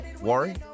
worry